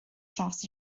dros